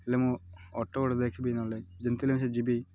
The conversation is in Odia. ହେଲେ ମୁଁ ଅଟୋ ଗୋଟେ ଦେଖିବି ନହେଲେ ଯେମିତି ହେଲେ ମୁଁ ସେ ଯିବି